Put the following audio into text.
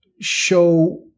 show